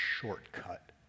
shortcut